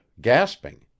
gasping